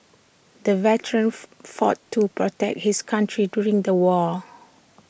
the veteran fought to protect his country during the war